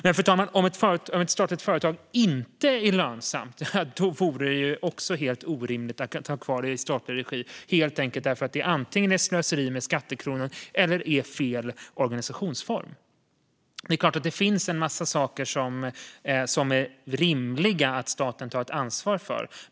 Men, fru talman, om ett statligt företag inte är lönsamt vore det också helt orimligt att ha kvar det i statlig regi, helt enkelt därför att det antingen är slöseri med skattekronor eller är fel organisationsform. Det är klart att det finns en massa saker som det är rimligt att staten tar ett ansvar för.